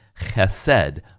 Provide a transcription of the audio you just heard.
chesed